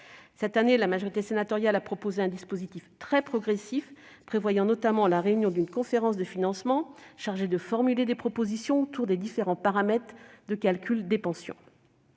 Cette année, nous avons proposé un dispositif très progressif, prévoyant notamment la réunion d'une conférence de financement chargée de formuler des propositions autour des différents paramètres de calcul des pensions.